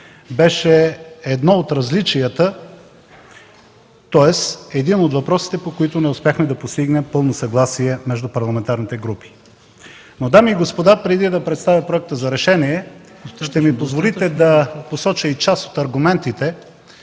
беше едно от различията, тоест един от въпросите, по които не успяхме да постигнем пълно съгласие между парламентарните групи. Но, дами и господа, преди да представя проекта за решение, ще ми позволите да посоча и част от аргументите,